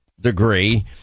degree